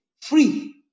Free